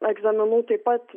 egzaminų taip pat